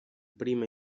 prima